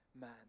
man